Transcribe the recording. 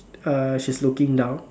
uh she's looking down